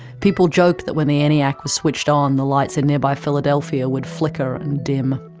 people joked that when the eniac was switched on, the lights in nearby philadelphia would flicker and dim.